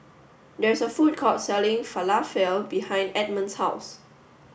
there is a food court selling Falafel behind Edmund's house